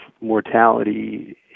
mortality